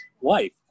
wife